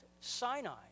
Sinai